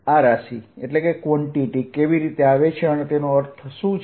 આ રાશિ કેવી રીતે આવે છે અને તેનો અર્થ શું છે